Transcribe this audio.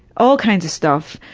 all kinds of stuff,